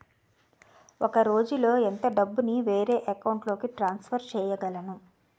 ఒక రోజులో ఎంత డబ్బుని వేరే అకౌంట్ లోకి ట్రాన్సఫర్ చేయగలను?